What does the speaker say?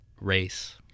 race